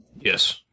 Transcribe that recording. yes